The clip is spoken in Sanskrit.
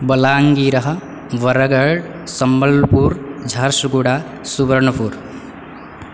बलाङ्गीरः वरघड् सम्बळ्पूर् झार्सुगुड सुवर्णपुर्